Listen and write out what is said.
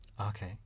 Okay